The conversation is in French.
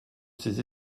ses